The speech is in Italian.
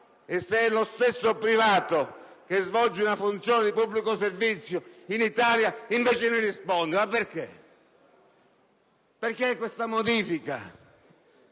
e se è lo stesso privato che svolge una funzione di pubblico servizio in Italia invece ne risponde? Ma perché? Perché questa modifica?